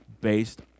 Based